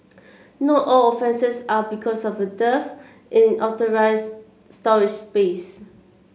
not all offences are because of a dearth in authorised storage space